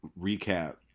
recap